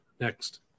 Next